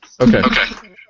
Okay